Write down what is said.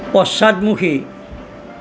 পশ্চাদমুখী